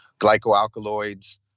glycoalkaloids